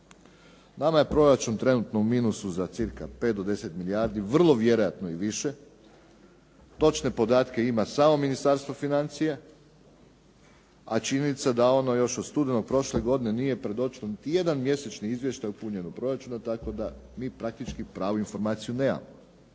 Nama je proračun trenutno u minusu za cca 5 do 10 milijardi, vrlo vjerojatno i više, točne podatke ima samo Ministarstvo financija. A činjenica da ono još do studenog prošle godine nije predočilo niti jedan mjesečni izvještaj o punjenju proračuna, tako da mi praktički pravu informaciju nemamo.